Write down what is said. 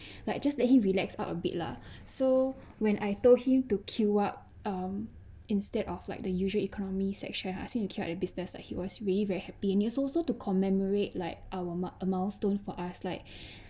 like just let him relax out a bit lah so when I told him to queue up um instead of like the usual economy section I ask him to queue up at the business that he was really very happy and you're also to commemorate like our mile~ a milestone for us like